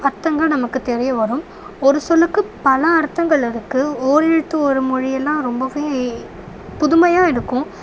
அர்த்தங்கள் நமக்கு தெரிய வரும் ஒரு சொல்லுக்கு பல அர்த்தங்கள் இருக்குது ஓர் எழுத்து ஒரு மொழி எல்லாம் ரொம்பவே புதுமையாக இருக்கும்